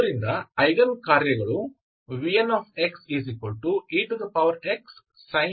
ಆದ್ದರಿಂದ ಐಗನ್ ಕಾರ್ಯಗಳು nxexsin nx ಹೀಗೆ ಇರುತ್ತವೆ